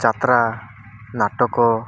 ଯାତ୍ରା ନାଟକ